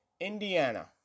Indiana